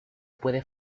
puede